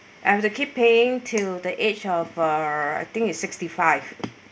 I have to keep paying till the age of uh I think it's sixty five